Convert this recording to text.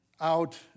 out